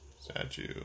Statue